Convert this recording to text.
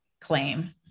claim